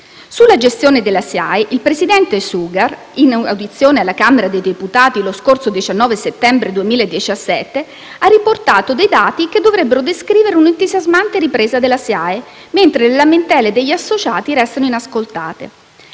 Sulla gestione della SIAE, il presidente Sugar, in audizione alla Camera dei deputati lo scorso 19 settembre 2017, ha riportato dei dati che dovrebbero descrivere un'entusiasmante ripresa della SIAE, mentre le lamentele degli associati restano inascoltate.